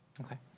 okay